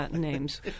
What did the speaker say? names